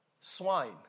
swine